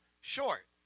short